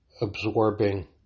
absorbing